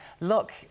Look